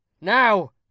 Now